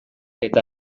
eta